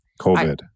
COVID